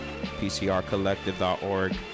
pcrcollective.org